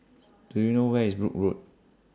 Do YOU know Where IS Brooke Road